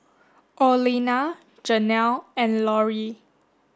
Orlena Janelle and Lori